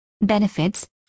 Benefits